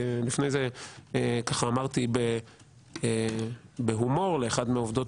לפני זה אמרתי בהומור לאחת מעובדות